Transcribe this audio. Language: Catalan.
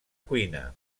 cuina